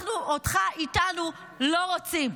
אנחנו אותך איתנו לא רוצים".